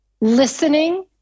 listening